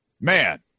man